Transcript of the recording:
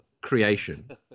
creation